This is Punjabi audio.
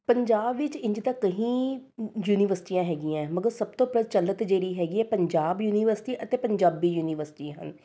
ਪੰਜਾਬ ਵਿੱਚ ਇੰਝ ਤਾਂ ਕਈ ਯੂਨੀਵਰਸਿਟੀਆਂ ਹੈਗੀਆਂ ਹੈ ਮਗਰ ਸਭ ਤੋਂ ਪ੍ਰਚਲਿਤ ਜਿਹੜੀ ਹੈਗੀ ਹੈ ਪੰਜਾਬ ਯੂਨੀਵਰਸਿਟੀ ਅਤੇ ਪੰਜਾਬੀ ਯੂਨੀਵਰਸਿਟੀ ਹਨ